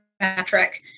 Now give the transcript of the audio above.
metric